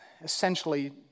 essentially